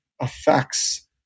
affects